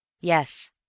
Yes